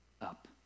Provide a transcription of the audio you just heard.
up